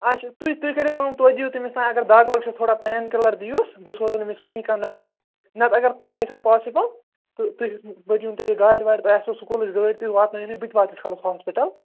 اچھا تُہۍ تُہۍ کٔرِو کٲم توتہِ دِیو تٔمِس تانۍ اگر دَگ وَگ چھَس تھوڑا پین کِلٕر دِیوس بہٕ سوزٕن أمِس وُنی کانٛہہ نَفر نتہٕ اگر تۄہہِ گَژھِو پاسِبُل تہٕ تُہۍ برِوُن تیٚلہِ یہِ گاڑِ واڑِ تۄہہِ آسوٕ سکوٗلٕچ گٲڑۍ تُہۍ وٲتِو واتنایوُن یہِ بہٕ تہِ واتہٕ اِیٖتِس کالَس ہاسپِٹل